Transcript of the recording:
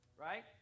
right